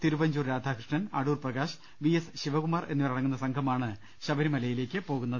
Thiruvanchoor Radhakrishnan Adoor Prakash V S Sivakumar എന്നിവരടങ്ങുന്ന സംഘമാണ് ശബരിമലയിലേക്ക് പോകുന്നത്